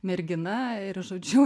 mergina ir žodžiu